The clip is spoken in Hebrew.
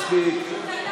מספיק.